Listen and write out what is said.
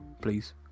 please